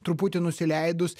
truputį nusileidus